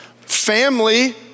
Family